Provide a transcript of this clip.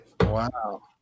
Wow